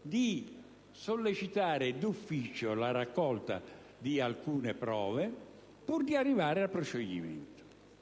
di sollecitare d'ufficio la raccolta di alcune prove pur di arrivare al proscioglimento.